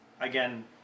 again